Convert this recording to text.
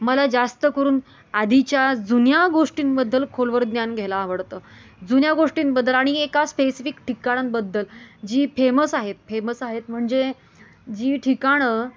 मला जास्त करून आधीच्या जुन्या गोष्टींबद्दल खोलवर ज्ञान घ्यायला आवडतं जुन्या गोष्टींबद्दल आणि एका स्पेसिफिक ठिकाणांबद्दल जी फेमस आहे फेमस आहेत म्हणजे जी ठिकाणं